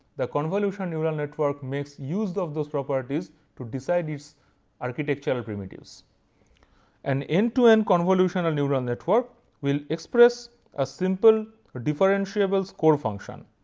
the convolution neural network makes use of those properties to decide these architectural primitives and end to end convolutional neural network will express a simple differentiable score function,